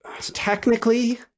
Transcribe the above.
Technically